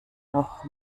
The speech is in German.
noch